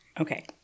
Okay